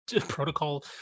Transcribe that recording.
protocol